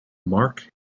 mark